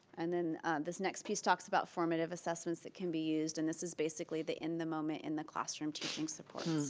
and then this next piece talks about formative assessments that can be used and this is basically the in the moment in the classroom teaching supports.